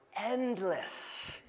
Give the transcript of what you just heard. endless